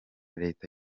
leta